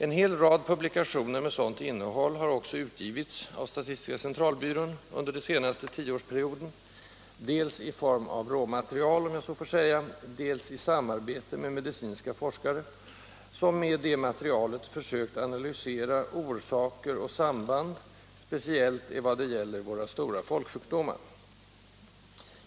En hel rad publikationer med sådant innehåll har också utgivits av SCB under den senaste tioårsperioden, dels i form av ”råmaterial”, om jag så får säga, dels i samarbete med medicinska forskare, som med detta material försökt analysera orsaker och samband, speciellt i vad gäller våra stora folksjukdomar.